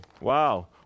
Wow